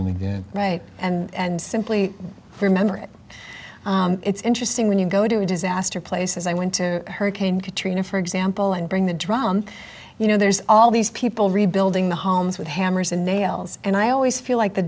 and again right and simply remember it it's interesting when you go to a disaster places i went to hurricane katrina for example and bring the drum you know there's all these people rebuilding the homes with hammers and nails and i always feel like the